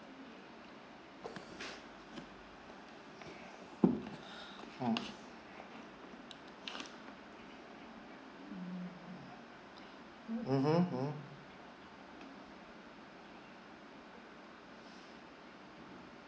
mm mmhmm mm